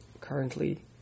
currently